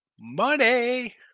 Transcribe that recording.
money